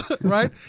Right